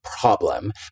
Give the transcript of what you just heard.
problem